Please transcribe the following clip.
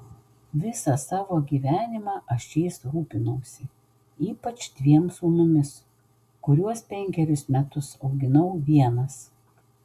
visą savo gyvenimą aš jais rūpinausi ypač dviem sūnumis kuriuos penkerius metus auginau vienas